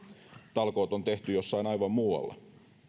talkoot on tehty jossain aivan muualla